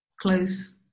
close